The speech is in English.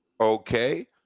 Okay